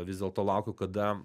vis dėlto laukiu kada